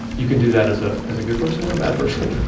you can do that as ah as a good person or a bad person.